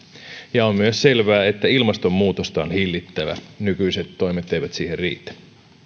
ja on myös selvää että ilmastonmuutosta on hillittävä nykyiset toimet eivät siihen riitä